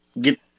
get